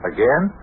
Again